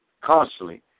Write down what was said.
constantly